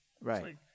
Right